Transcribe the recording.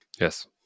Yes